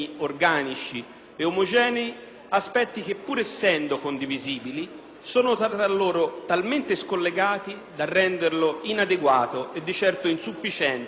sono tra loro talmente scollegati da renderlo inadeguato e di certo insufficiente a rispondere in maniera efficace agli obiettivi che in partenza si proponeva.